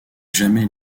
jamais